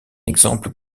exemple